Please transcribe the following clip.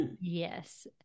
Yes